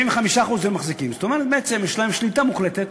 75% הן מחזיקות, זאת אומרת, יש להן שליטה מוחלטת